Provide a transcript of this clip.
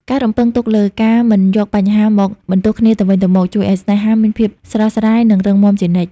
ការរំពឹងទុកលើ "ការមិនយកបញ្ហាមកបន្ទោសគ្នាទៅវិញទៅមក" ជួយឱ្យស្នេហាមានភាពស្រស់ស្រាយ និងរឹងមាំជានិច្ច។